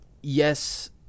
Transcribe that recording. yes